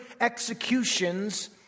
executions